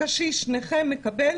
קשיש נכה מקבל